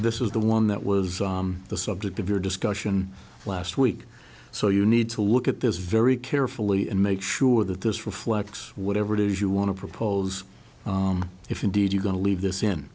this is the one that was the subject of your discussion last week so you need to look at this very carefully and make sure that this reflects whatever it is you want to propose if indeed you going to leave this in